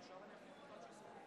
חברי הכנסת,